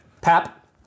PAP